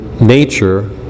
nature